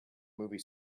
movie